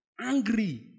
Angry